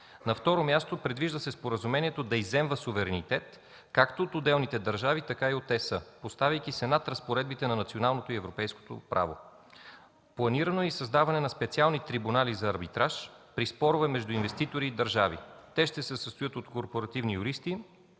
На второ място, предвижда се споразумението да изземва суверенитет, както от отделните държави, така и от ЕС, поставяйки се над разпоредбите на националното и европейското право. Планирано е и създаване на специални трибунали за арбитраж при спорове между инвеститори и държави. Те ще се състоят от корпоративни юристи,